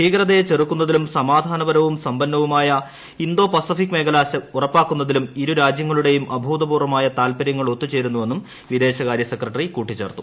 ഭീകരതയെ ചെറുക്കുന്നതിലും സമാധാനപരവും സസ്ക്കണ്സ്റ്റുമായ ഇന്തോ പസഫിക് മേഖല ഉറപ്പാക്കുന്നതിലും ഇരു രാജ്യങ്ങളു്ടുടയും അഭൂതപൂർവമായ താൽപ്പര്യങ്ങൾ ഒത്തുചേരുന്നുവെന്നും പിദേശകാര്യ സെക്രട്ടറി കൂട്ടിച്ചേർത്തു